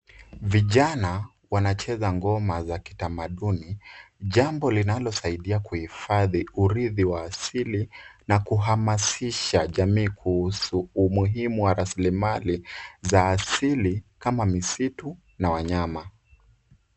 Vijana wanacheza ngoma za kitamaduni jambo linalosaidia kuhifadhi urithi wa asili na kuhamasisha jamii kuhusu umuhimu wa rasilimali za asili kama misitu na wanyama.